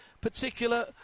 particular